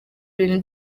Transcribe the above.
ibintu